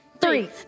three